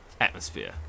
atmosphere